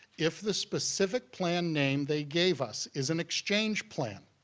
if the specific plan name they gave us is an exchange plan,